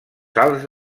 salts